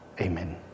Amen